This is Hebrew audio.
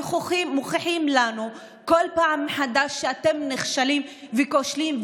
מוכיחים לנו כל פעם מחדש שאתם נכשלים וכושלים,